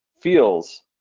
feels